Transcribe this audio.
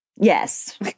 Yes